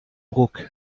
ruck